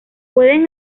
pueden